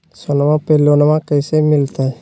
सोनमा पे लोनमा कैसे मिलते?